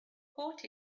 caught